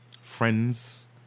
friends